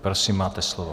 Prosím, máte slovo.